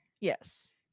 Yes